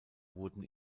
wurden